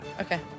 Okay